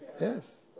Yes